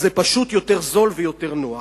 זה פשוט יותר זול ויותר נוח.